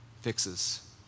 fixes